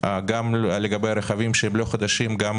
גם לגבי רכבים שלא חדשים, גם